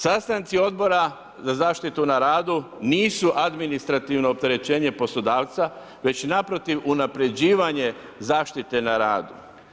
Sastanci Odbora za zaštitu na radu nisu administrativno opterećenje poslodavca, već naprotiv unapređivanje zaštite na radu.